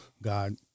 God